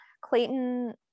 Clayton